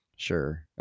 Sure